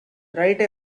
write